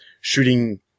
shooting